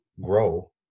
grow